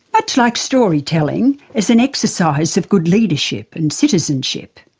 much like storytelling as an exercise of good leadership and citizenship.